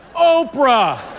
Oprah